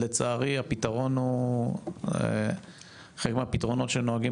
לצערי הפתרון הוא חלק מהפתרונות שנוהגים